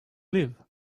live